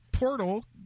portal